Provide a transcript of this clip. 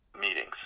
meetings